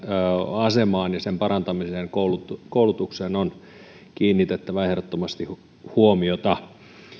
asemaan ja sen parantamiseen ja koulutukseen on ehdottomasti kiinnitettävä huomiota